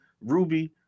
Ruby